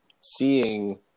seeing